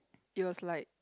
it was like